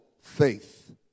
faith